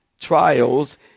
trials